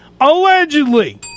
allegedly